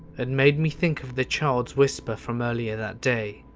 and made me think of the child's whisper from earlier that day.